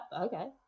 okay